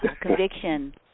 conviction